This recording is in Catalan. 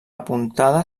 apuntada